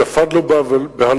ספד לו בהלווייתו,